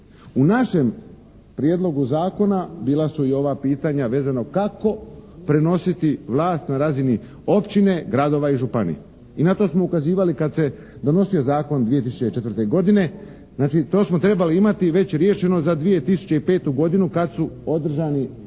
U našem prijedlogu zakona bila su i ova pitanja vezano kako prenositi vlast na razini općine, gradova i županija i na to smo ukazivali kad se donosio zakon 2004. godine. Znači, to smo trebali imati već riješeno za 2005. godinu kad su održani